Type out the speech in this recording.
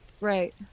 Right